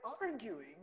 arguing